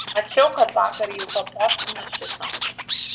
mačiau kad vakar jau papostino šitą